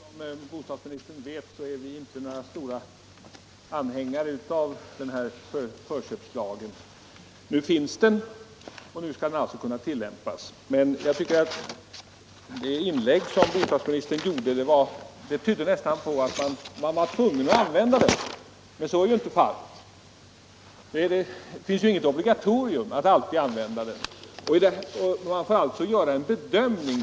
Herr talman! Som bostadsministern vet är vi inte några varma anhängare av den kommunala förköpslagen. Nu finns den, och den skall alltså kunna tillämpas. Det inlägg bostadsministern gjorde tydde närmast på att man var tvungen att använda den, men så är ju inte fallet. Det finns inget obligatorium som säger att man alltid skall använda förköpsiagen, och man får alltså göra en bedömning.